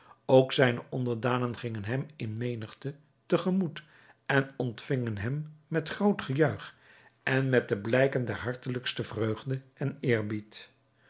ook zijne onderdanen gingen hem in menigte te gemoet en ontvingen hem met groot gejuich en met de blijken der hartelijkste vreugde en eerbied